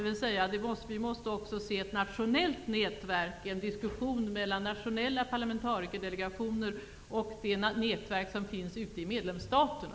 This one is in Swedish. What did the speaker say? Vi måste också få ett nationellt nätverk och en diskussion mellan nationella parlamentarikerdelegationer och det nätverk som finns ute i medlemsstaterna.